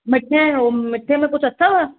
हा मिठे ऐं मिठे में कुझु अथव